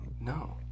No